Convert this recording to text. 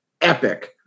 epic